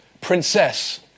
princess